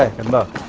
and